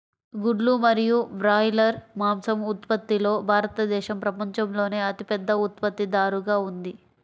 గుడ్లు మరియు బ్రాయిలర్ మాంసం ఉత్పత్తిలో భారతదేశం ప్రపంచంలోనే అతిపెద్ద ఉత్పత్తిదారుగా ఉంది